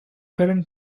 parent